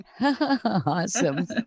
Awesome